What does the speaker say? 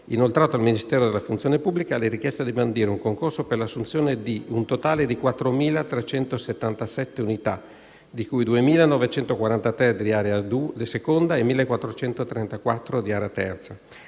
inoltrato al Ministero della funzione pubblica la richiesta di bandire un concorso per l'assunzione di un totale di 4.377 unità, di cui 2.943 di area II e 1.434 di area